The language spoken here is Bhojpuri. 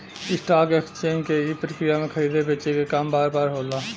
स्टॉक एकेसचेंज के ई प्रक्रिया में खरीदे बेचे क काम बार बार होला